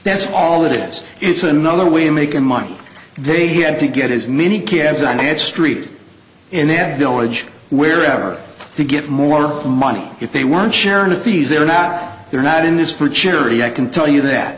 that's all it is it's another way of making money they had to get as many cabs i had street and they had milage where are to get more money if they weren't sharing the fees they're not they're not in this for charity i can tell you that